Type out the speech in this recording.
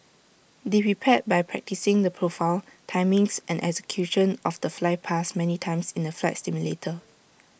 they prepared by practising the profile timings and execution of the flypast many times in the flight simulator